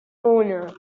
ohne